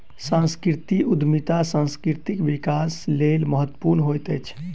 सांस्कृतिक उद्यमिता सांस्कृतिक विकासक लेल महत्वपूर्ण होइत अछि